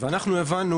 ואנחנו הבנו